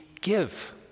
give